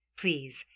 Please